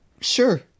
Sure